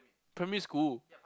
primary school